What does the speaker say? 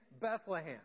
Bethlehem